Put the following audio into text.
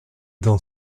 dans